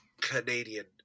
Canadian